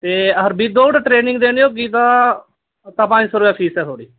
ते अगर without training देनी होगी तां तां पंज सौ रपेआ फीस ऐ थोहाड़ी